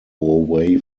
away